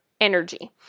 energy